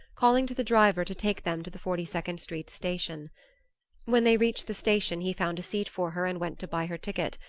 calling to the driver to take them to the forty-second street station when they reached the station he found a seat for her and went to buy her ticket.